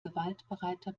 gewaltbereiter